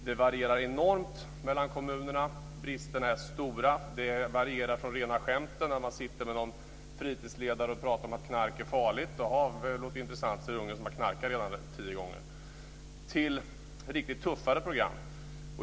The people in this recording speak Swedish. Det varierar enormt mellan kommunerna. Bristerna är stora. Det varierar från rena skämtet, där man sitter med någon fritidsledare och pratar om att knark är farligt - "det låter intressant", säger den unge, som redan har knarkat tio gånger - till riktigt tuffa program.